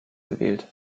gewählt